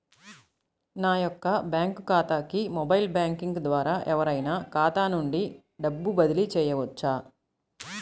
నా యొక్క బ్యాంక్ ఖాతాకి మొబైల్ బ్యాంకింగ్ ద్వారా ఎవరైనా ఖాతా నుండి డబ్బు బదిలీ చేయవచ్చా?